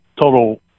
total